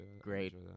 Great